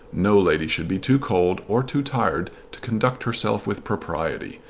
no lady should be too cold or too tired to conduct herself with propriety.